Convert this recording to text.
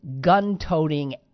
gun-toting